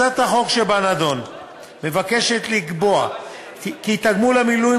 הצעת החוק שבנדון מבקשת לקבוע כי תגמול המילואים